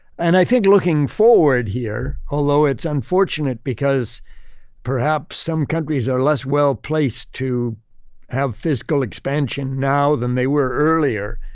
and i think looking forward here, although it's unfortunate because perhaps some countries are less well placed to have fiscal expansion now than they were earlier,